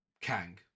Kang